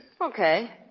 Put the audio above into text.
Okay